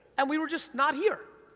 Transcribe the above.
and we were just not here?